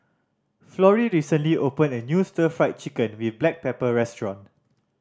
Florrie recently opened a new Stir Fried Chicken with black pepper restaurant